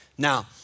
Now